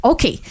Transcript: Okay